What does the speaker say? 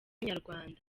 inyarwanda